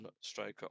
striker